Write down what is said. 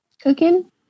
cooking